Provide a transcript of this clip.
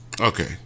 Okay